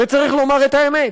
וצריך לומר את האמת,